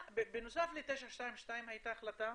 בנוסף ל-922 הייתה החלטה